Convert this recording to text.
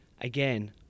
Again